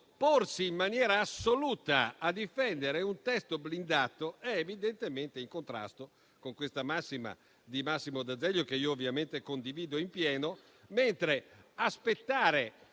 porsi in maniera assoluta a difendere un testo blindato è evidentemente in contrasto con questa massima di Massimo d'Azeglio, che io ovviamente condivido in pieno. Quanto all'aspettare,